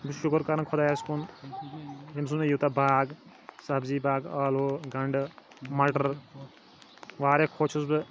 بہٕ چھُس شُکُر کَران خۄدایَس کُن ییٚمۍ سوٗز مےٚ یوٗتاہ باغ سبزی باغ ٲلوٕ گَنٛڈٕ مَٹَر واریاہ خۄش چھُس بہٕ